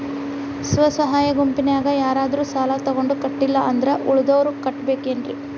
ಸ್ವ ಸಹಾಯ ಗುಂಪಿನ್ಯಾಗ ಯಾರಾದ್ರೂ ಸಾಲ ತಗೊಂಡು ಕಟ್ಟಿಲ್ಲ ಅಂದ್ರ ಉಳದೋರ್ ಕಟ್ಟಬೇಕೇನ್ರಿ?